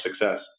success